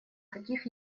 каких